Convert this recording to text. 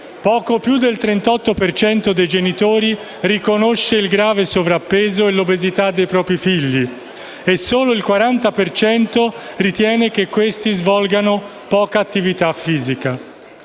poco più del 38 per cento dei genitori riconosce il grave sovrappeso e l'obesità dei propri figli e solo il 40 per cento ritiene che questi svolgano poca attività fisica.